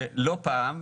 לא פעם,